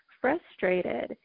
frustrated